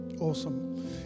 Awesome